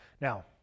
Now